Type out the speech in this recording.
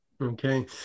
Okay